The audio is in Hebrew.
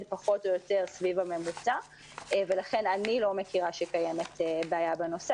פחות או יותר סביב הממוצע ולכן אני לא מכירה שקיימת בעיה בנושא.